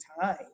time